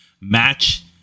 match